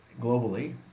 globally